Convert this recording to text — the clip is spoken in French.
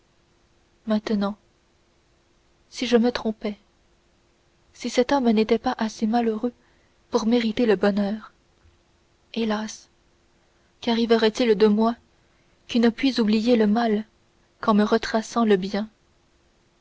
maintenant si je me trompais si cet homme n'était pas assez malheureux pour mériter le bonheur hélas qu'arriverait-il de moi qui ne puis oublier le mal qu'en me retraçant le bien